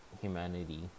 humanity